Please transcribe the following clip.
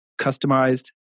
customized